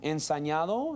Ensañado